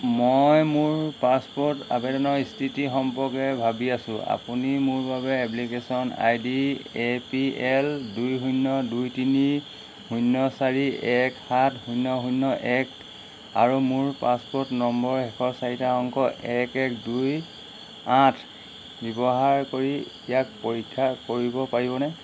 মই মোৰ পাছপোৰ্ট আবেদনৰ স্থিতি সম্পৰ্কে ভাবি আছোঁ আপুনি মোৰ বাবে application I D A P L দুই শূন্য় দুই তিনি শূন্য় চাৰি এক সাত শূন্য় শূন্য় এক আৰু মোৰ পাছপোৰ্ট নম্বৰৰ শেষৰ চাৰিটা অংক এক এক দুই আঠ ব্য়ৱহাৰ কৰি ইয়াক পৰীক্ষা কৰিব পাৰিবনে